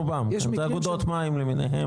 כן רובם, כן זה אגודות מים למיניהם.